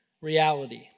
reality